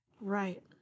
Right